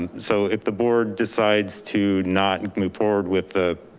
and so if the board decides to not move forward with the,